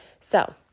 So-